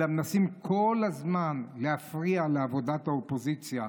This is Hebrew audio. אלא מנסים כל הזמן להפריע לעבודת האופוזיציה.